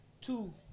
two